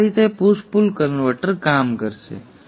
તો આ રીતે પુશ પુલ કન્વર્ટર કામ કરશે